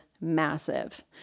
massive